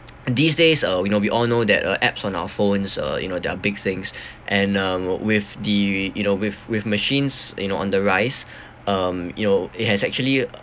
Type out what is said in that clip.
and these days uh we know we all know that uh apps on our phones uh you know they're big things and uh with the you know with with machines you know on the rise um you know it has actually